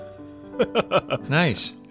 Nice